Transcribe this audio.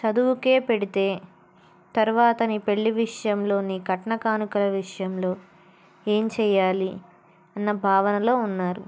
చదువుకే పెడితే తర్వాత ని పెళ్ళి విషయంలోని కట్న కానుకల విషయంలో ఏం చెయాలి అన్న భావనలో ఉన్నారు